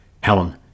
Helen